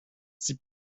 sie